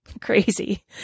crazy